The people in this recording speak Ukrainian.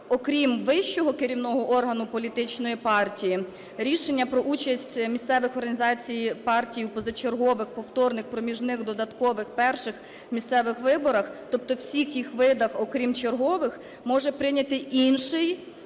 окрім вищого керівного органу політичної партії, рішення про участь місцевих організацій партій у позачергових, повторних, проміжних, додаткових, перших місцевих виборах, тобто всіх їх видах, окрім чергових, може прийнятий інший